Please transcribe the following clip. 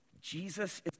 Jesus